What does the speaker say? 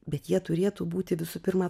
bet jie turėtų būti visų pirma